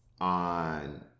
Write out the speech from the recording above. on